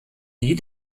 die